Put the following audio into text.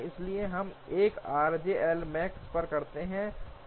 इसलिए हम 1 RJ L max पर करते हैं